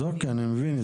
אז אוקיי, אני מבין את זה.